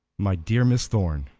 my dear miss thorn,